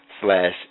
slash